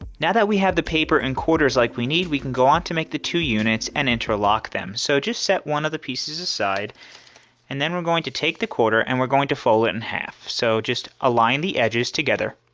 now that we have the paper in quarters like we need, we can go on to make the two units and interlock them. so, just set one of the pieces aside and then we're going to take the quarter and we're going to fold it in half. so just align the edges together,